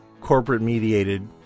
corporate-mediated